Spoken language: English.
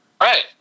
Right